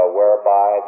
whereby